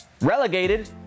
relegated